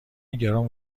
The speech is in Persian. گران